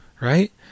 Right